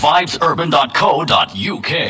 Vibesurban.co.uk